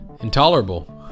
intolerable